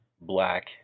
black